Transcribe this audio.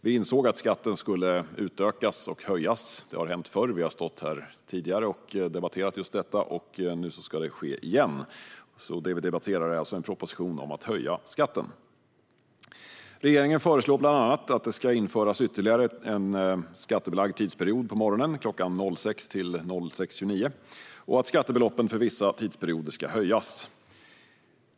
Vi insåg att skatten skulle utökas och höjas. Det har hänt förr - vi har stått här tidigare och debatterat just detta - och nu ska det ske igen. Det vi debatterar är alltså en proposition om att höja skatten. Regeringen föreslår bland annat att det ska införas ytterligare en skattebelagd tidsperiod på morgonen, kl. 06.00-06.29, och att skattebeloppen för vissa tidsperioder ska höjas.